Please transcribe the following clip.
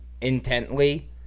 intently